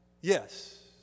Yes